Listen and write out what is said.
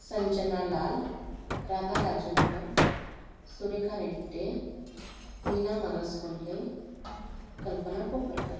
Sanjana Lal Radha Rajurkar Surekha Repte Meena Maraskolhe Kalpana Koparkar